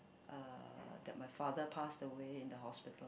uh that my father passed away in the hospital